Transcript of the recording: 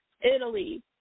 italy